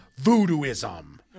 voodooism